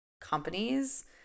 companies